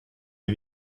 les